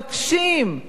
זאת השיטה.